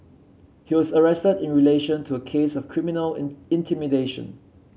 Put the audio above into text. he was arrested in relation to a case of criminal in intimidation